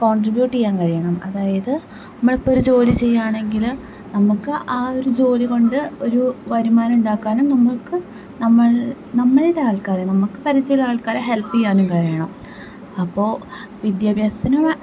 contribute ചെയ്യാൻ കഴിയണം അതായത് നമ്മളിപ്പം ഒരു ജോലി ചെയ്യാണെങ്കിൽ നമുക്ക് ആ ഒരു ജോലി കൊണ്ട് ഒരു വരുമാനം ഉണ്ടാക്കാനും നമ്മൾക്ക് നമ്മൾ നമ്മളുടെ ആൾക്കാരെ നമുക്ക് പരിചയമുള്ള ആൾക്കാരെ ഹെൽപ്പ് ചെയ്യാനും കഴിയണം അപ്പോൾ വിദ്യാഭ്യാസത്തിന് വ